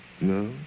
No